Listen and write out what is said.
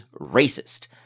racist